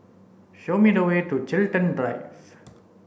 show me the way to Chiltern Drive